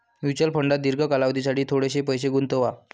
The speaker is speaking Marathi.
म्युच्युअल फंडात दीर्घ कालावधीसाठी थोडेसे पैसे गुंतवा